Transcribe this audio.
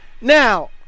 Now